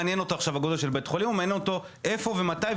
מעניין אותו עכשיו הגודל של בית החולים או שמעניין אותו איפה ומתי,